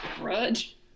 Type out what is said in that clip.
Grudge